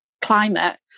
climate